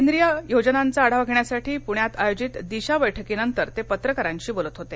केंद्रीय योजनाचा आढावा घेण्यासाठी पुण्यात आयोजित दिशा बैठकीनंतर ते पत्रकारांशी बोलत होते